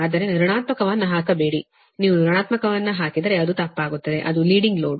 ಆದ್ದರಿಂದ ಋಣಾತ್ಮಕವನ್ನು ಹಾಕಬೇಡಿ ನೀವು ಋಣಾತ್ಮಕವನ್ನು ಹಾಕಿದರೆ ಅದು ತಪ್ಪಾಗುತ್ತದೆ ಅದು ಲೀಡಿಂಗ್ ಲೋಡ್